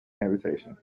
habitation